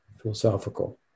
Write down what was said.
philosophical